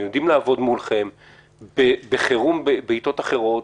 הם יודעים לעבוד מולכם בחירום בעִתות אחרות.